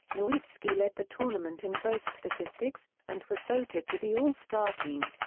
nowitzki led the tournament in both statistics, and was voted to the all-star team.